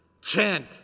chant